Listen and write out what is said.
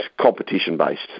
competition-based